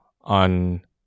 on